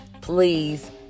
please